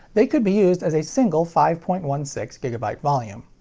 they could be used as a single five point one six gigabyte volume.